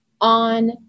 on